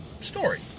story